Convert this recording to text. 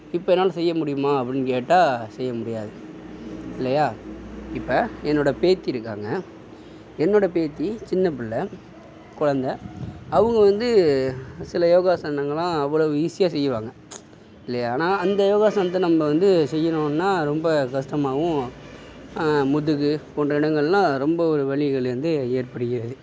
இப்போ என்னால் செய்ய முடியுமா அப்படினு கேட்டா செய்யமுடியாது இல்லையா இப்போ என்னோட பேத்தி இருக்காங்க என்னோட பேத்தி சின்னப்பிள்ள குழந்த அவங்க வந்து சில யோகாசங்கலாம் அவ்வளவு ஈஸியாக செய்வாங்க இல்லையா ஏன்னா அந்த யோகாசனத்தை நம்ப வந்து செய்யணுன்னா ரொம்ப கஷ்டமாகவும் முதுகு போன்ற இடங்களில் ரொம்ப ஒரு வலிகள் வந்து ஏற்படுகிறது